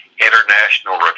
International